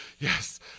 Yes